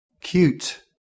Cute